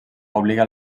obliga